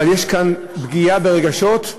יש כאן פגיעה ברגשות,